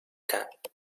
cat